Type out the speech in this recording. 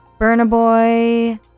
Burnaboy